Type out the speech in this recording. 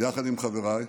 יחד עם חבריי: